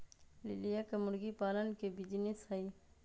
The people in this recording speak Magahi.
लिलिया के मुर्गी पालन के बिजीनेस हई